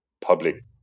public